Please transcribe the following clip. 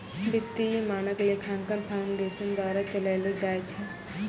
वित्तीय मानक लेखांकन फाउंडेशन द्वारा चलैलो जाय छै